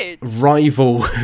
rival